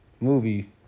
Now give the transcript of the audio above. Movie